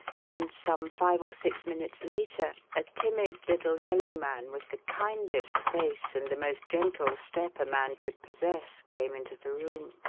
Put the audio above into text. and some five or six minutes later a timid little yellow man with the kindest face and the most gentle step a man could possess came into the room,